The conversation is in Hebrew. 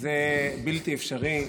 זה בלתי אפשרי.